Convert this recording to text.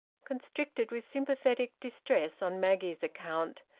constricted with sympathetic distress on maggie's account,